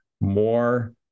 more